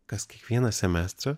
kas kiekvieną semestrą